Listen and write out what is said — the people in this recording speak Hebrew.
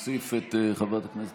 אני מוסיף את קולה של חברת הכנסת